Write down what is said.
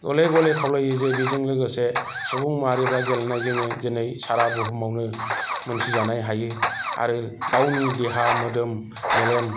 गले गले खावलायोजे बिजों लोगोसे सुबुं माहारिफ्रा गेलेनायजोंनो दिनै सारा बुहुमावनो मोनथिजानो हायो आरो गावनि देहा मोदोम मेलेम